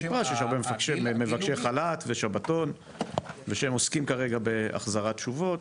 הבנתי שיש הרבה מבקשי חל"ת ושבתון ושהם עוסקים כרגע בהחזרת תשובות.